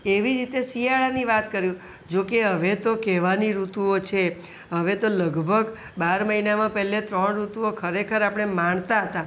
તેવી રીતે શિયાળાની વાત કરું જો કે હવે તો કહેવાની ઋતુઓ છે હવે તો લગભગ બાર મહિનામાં પહેલાં ત્રણ ઋતુઓ ખરેખર આપણે માણતા હતા